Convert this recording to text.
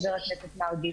חבר הכנסת מרגי.